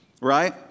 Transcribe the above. right